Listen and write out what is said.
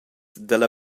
dalla